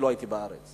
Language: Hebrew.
לא הייתי בארץ,